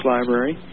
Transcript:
Library